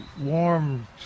warm